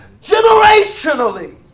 generationally